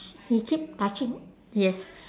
he keep touching yes